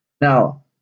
Now